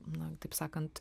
na taip sakant